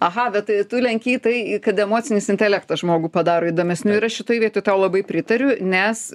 aha bet tai tu lenki į tai kad emocinis intelektas žmogų padaro įdomesniu ir aš šitoj vietoj tau labai pritariu nes